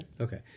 Okay